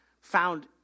found